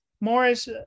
morris